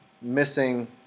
missing